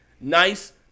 nice